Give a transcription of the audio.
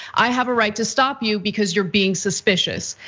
i have a right to stop you, because you're being suspicious.